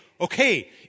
okay